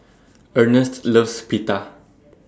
Earnest loves Pita